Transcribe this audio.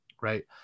right